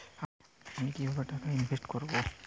আমি কিভাবে টাকা ইনভেস্ট করব?